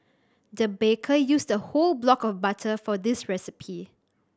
the baker used a whole block of butter for this recipe